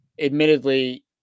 admittedly